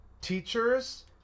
teachers